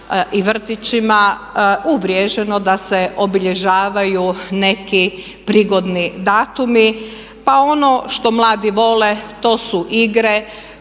i vrtićima uvriježeno da se obilježavaju neki prigodni datumi. Pa ono što mladi vole to su igre,